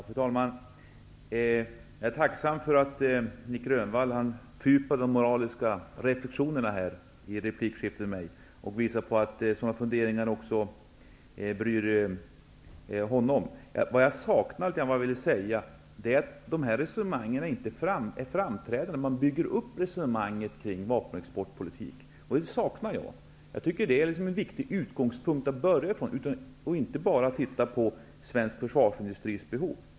Fru talman! Jag är tacksam för att Nic Grönvall i replikskiftet med mig tar upp de moraliska reflexionerna och visar att sådana funderingar också bryr honom. Vad jag litet grand saknar i det som han vill säga är att dessa överväganden inte är framträdande när man bygger upp resonemanget kring vapenexportpolitiken. De borde utgöra en viktig utgångspunkt, och man borde inte bara se på svensk försvarsindustris behov.